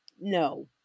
no